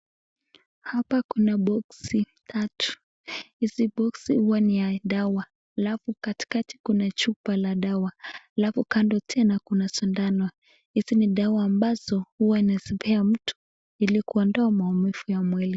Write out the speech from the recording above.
Hapa kuna boksi tatu, hizi boksi hiwa ni ya dawa, alafu katikati kuna chupa la dawa, alafu kando tena kuna sindano, hizi ni dawa ambazo huwa wanazipea mtu ili kuondoa maumivu ya mwili.